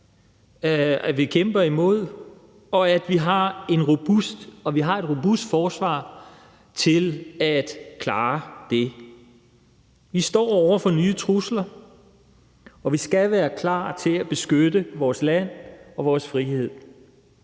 i verden, og at vi har et robust forsvar til at klare det. Vi står over for nye trusler, og vi skal være klar til at beskytte vores land og vores frihed.